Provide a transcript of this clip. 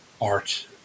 Art